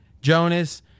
Jonas